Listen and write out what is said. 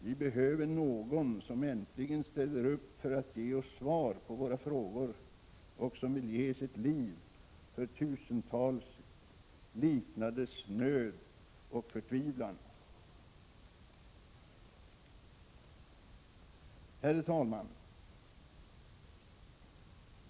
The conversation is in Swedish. Vi behöver någon, som äntligen ställer upp för att ge oss svar på våra frågor och som vill ge sitt liv för tusentals likasinnades nöd och förtvivlan.” Herr talman!